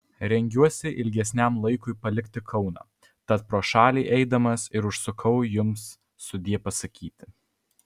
rengiuosi ilgesniam laikui palikti kauną tat pro šalį eidamas ir užsukau jums sudie pasakyti